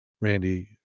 Randy